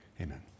Amen